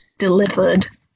delivered